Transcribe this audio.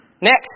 Next